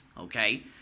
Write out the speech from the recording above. okay